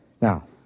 Now